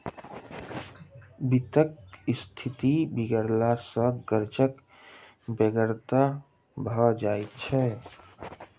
वित्तक स्थिति बिगड़ला सॅ कर्जक बेगरता भ जाइत छै